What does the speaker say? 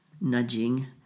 nudging